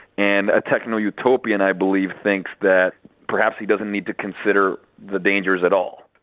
and a techno-utopian i believe thinks that perhaps he doesn't need to consider the dangers at all.